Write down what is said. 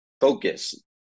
focus